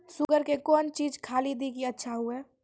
Sugar के कौन चीज खाली दी कि अच्छा हुए?